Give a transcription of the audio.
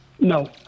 no